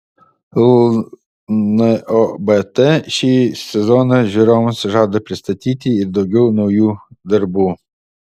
lnobt šį sezoną žiūrovams žada pristatyti ir daugiau naujų darbų